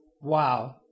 wow